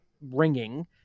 ringing